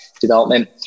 development